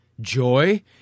joy